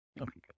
okay